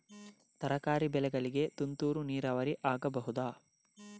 ತರಕಾರಿ ಬೆಳೆಗಳಿಗೆ ತುಂತುರು ನೀರಾವರಿ ಆಗಬಹುದಾ?